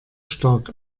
stark